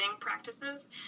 practices